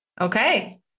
Okay